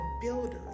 builders